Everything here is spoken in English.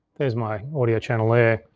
there's my audio channel there.